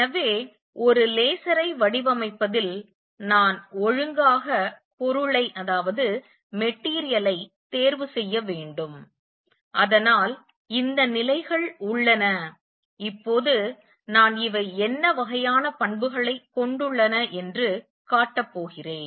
எனவே ஒரு லேசரை வடிவமைப்பதில் நான் ஒழுங்காக பொருளை தேர்வு செய்ய வேண்டும் அதனால் இந்த நிலைகள் உள்ளன இப்போது நான் இவை என்ன வகையான பண்புகளை கொண்டுள்ளன என்று காட்ட போகிறேன்